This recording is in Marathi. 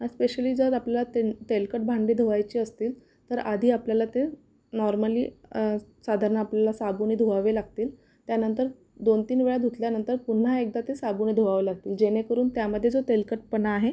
अस्पेशली जर आपल्याला तेल तेलकट भांडे धुवायचे असतील तर आधी आपल्याला ते नॉर्मली साधारण आपल्याला साबूने धुवावे लागतील त्यानंतर दोन तीन वेळा धुतल्यानंतर पुन्हा एकदा ते साबूने धुवावं लागतील जेणेकरून त्यामध्ये जो तेलकटपणा आहे